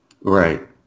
Right